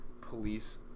police